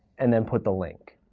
and then put the link.